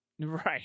Right